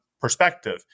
perspective